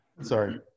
Sorry